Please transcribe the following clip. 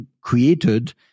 created